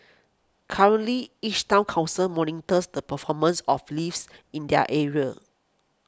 currently each Town Council monitors the performance of leaves in their area